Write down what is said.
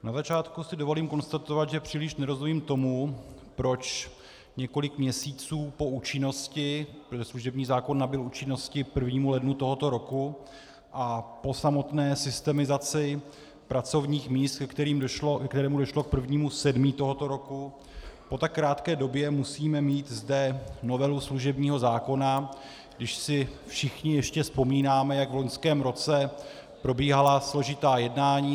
Na začátku si dovolím konstatovat, že příliš nerozumím tomu, proč několik měsíců po účinnosti, protože služební zákon nabyl účinnosti k 1. lednu tohoto roku, a po samotné systemizaci pracovních míst, kde které došlo k 1. 7. tohoto roku, po tak krátké době musíme mít zde novelu služebního zákona, když si všichni ještě vzpomínáme, jak v loňském roce probíhala složitá jednání.